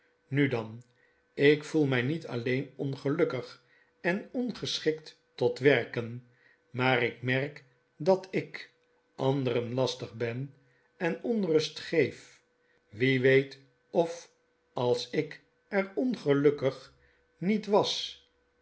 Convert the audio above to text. nu dan ik voel my niet alleen ongelukkig en ongeschikt tot werken maar ik merk dat ik anderen lastig ben en onrustgeef wieweet of als ik er ongelukkig niet was